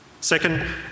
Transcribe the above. Second